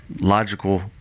logical